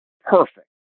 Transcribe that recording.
perfect